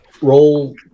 Roll